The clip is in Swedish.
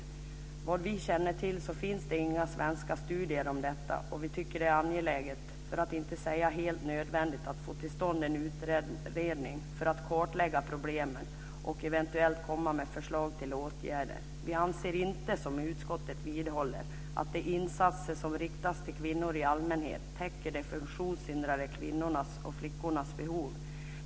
Såvitt vi känner till finns det inga svenska studier om detta, och vi tycker att det är angeläget - för att inte säga helt nödvändigt - att få till stånd en sådan utredning för att kartlägga problemen och eventuellt komma med förslag till åtgärder. Vi anser inte, som utskottet vidhåller, att de insatser som riktats till kvinnor i allmänhet täcker de funktionshindrade kvinnornas och flickornas behov.